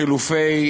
חילופי